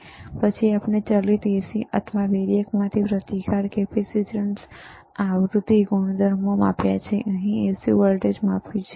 અને પછી અમે ચલિત AC અથવા variac માંથી પ્રતિકાર કેપેસીટન્સ આવૃતિ જેવા ગુણધર્મો માપ્યા છે અમે AC વોલ્ટેજ માપ્યું છે